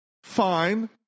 Fine